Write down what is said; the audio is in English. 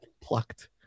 plucked